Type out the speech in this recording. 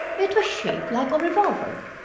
it was shaped like a revolver.